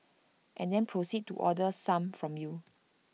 and then proceed to order some from you